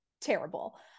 terrible